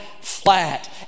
flat